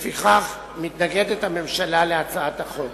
לפיכך, הממשלה מתנגדת להצעת החוק.